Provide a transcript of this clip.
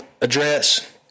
address